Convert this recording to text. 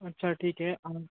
अच्छा ठीक आहे आम